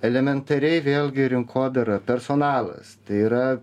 elementariai vėlgi rinkodara personalas tai yra